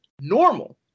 normal